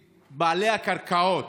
את בעלי הקרקעות.